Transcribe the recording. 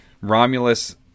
Romulus